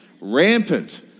Rampant